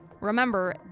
Remember